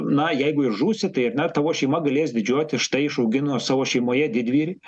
na jeigu ir žūsi tai ar ne tavo šeima galės didžiuotis štai išaugino savo šeimoje didvyrį